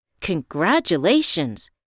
Congratulations